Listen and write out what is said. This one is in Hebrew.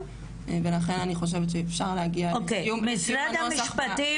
ולכן אני חושבת שאפשר- -- אוקיי משרד המשפטים